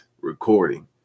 recording